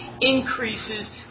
increases